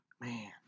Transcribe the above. man